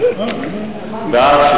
להעביר את הנושא לוועדת החוץ והביטחון נתקבלה.